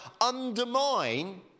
undermine